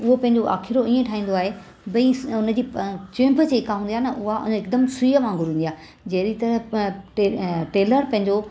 उहो पंहिंजो आखिड़ो इअं ठाहींदो आहे भइ उनजी चुंहिंब जेका हूंदी आहे न एकदमि सूईअ वांगुरु हूंदी आहे जहिड़ी तरह टे टेलर पंहिंजो